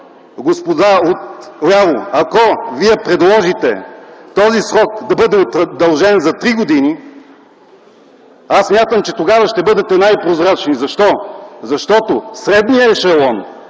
Господа отляво, ако вие предложите този срок да бъде удължен до три години, аз смятам, че тогава ще бъдете най-прозрачни, защото средният ешелон